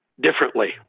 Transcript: differently